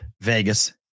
Vegas